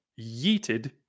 yeeted